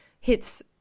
hits